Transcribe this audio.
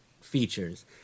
features